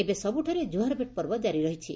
ଏବେ ସବୁଠାରେ କୁହାର ଭେଟ୍ ପର୍ବ କାରି ରହିଛି